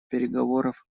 переговорах